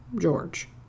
George